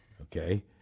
okay